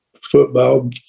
football